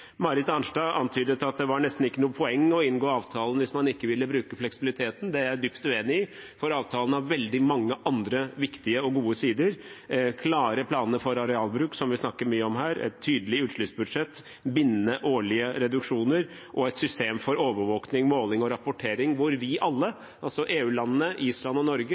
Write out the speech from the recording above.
Marit Arnstad antydet at det nesten ikke var noe poeng i å inngå avtalen hvis man ikke ville bruke fleksibiliteten. Det er jeg dypt uenig i, for avtalen har veldig mange andre viktige og gode sider: klare planer for arealbruk, som vi snakker mye om her, et tydelig utslippsbudsjett, bindende årlige reduksjoner og et system for overvåking, måling og rapportering hvor vi alle – altså EU-landene, Island og Norge